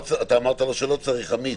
אמרת לו שלא צריך, עמית?